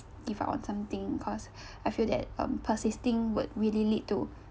give up on something cause I feel that um persisting would really lead to